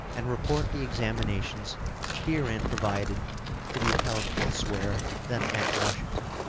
and report the examinations herein provided to be held elsewhere than at washington.